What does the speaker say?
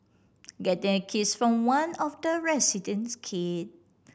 getting a kiss from one of the resident's kid